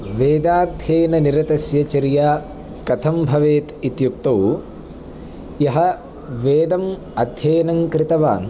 वेदाध्ययननिरतस्य चर्या कथं भवेत् इत्युक्तौ यः वेदम् अध्ययनं कृतवान्